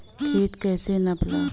खेत कैसे नपाला?